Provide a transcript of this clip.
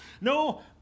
No